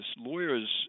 lawyers